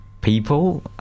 people